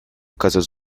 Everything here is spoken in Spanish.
casas